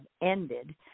ended